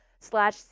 slash